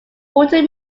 water